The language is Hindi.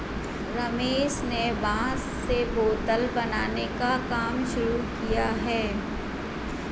रमेश ने बांस से बोतल बनाने का काम शुरू किया है